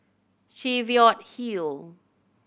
Cheviot Hill